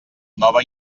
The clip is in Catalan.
nova